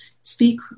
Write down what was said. speak